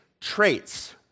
traits